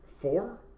Four